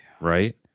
right